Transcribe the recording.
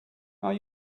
are